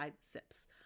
Sips